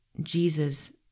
Jesus